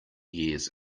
years